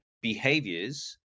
behaviors